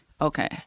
okay